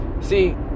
See